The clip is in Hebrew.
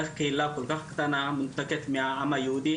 איך קהילה כל כך קטנה מנותקת מהעם היהודי,